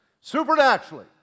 supernaturally